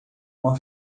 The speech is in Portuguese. uma